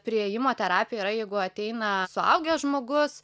priėjimo terapija yra jeigu ateina suaugęs žmogus